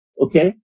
Okay